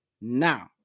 Now